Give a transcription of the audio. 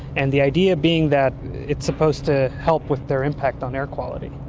and the idea being that it's supposed to help with their impact on air quality.